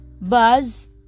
buzz